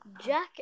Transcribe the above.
Jack